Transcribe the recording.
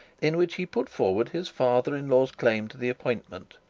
in which he put forward his father-in-law's claim to the appointment,